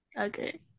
Okay